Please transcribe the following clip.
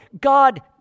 God